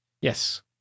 Yes